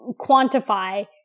quantify